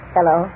Hello